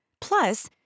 Plus